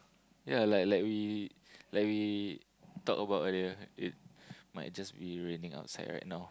ya like like we like we talk about earlier it might just be raining outside right now